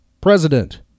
President